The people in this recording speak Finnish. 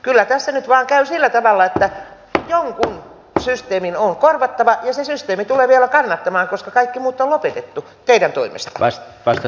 kyllä tässä nyt vain käy sillä tavalla että jonkun systeemi on korvattava ja se systeemi tulee vielä kannattamaan koska kaikki muut on lopetettu teidän toimestanne